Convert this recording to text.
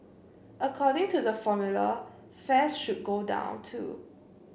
according to the formula fares should go down too